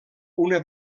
una